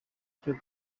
icyo